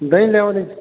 દહી લેવાનું